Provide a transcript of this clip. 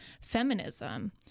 feminism